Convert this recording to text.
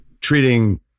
treating